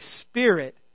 Spirit